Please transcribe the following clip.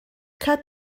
cut